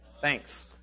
Thanks